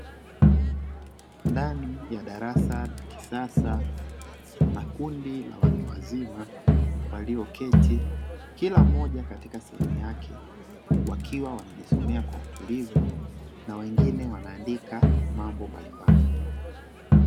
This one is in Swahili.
Ndani ya darasa la kisasa kuna kundi la watu wazima walioketi kila mmoja katika sehemu yake wakiwa wanajisomea kwa utulivu na wengine wanaandika mambo mbalimbali.